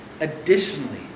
Additionally